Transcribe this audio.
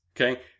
okay